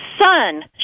son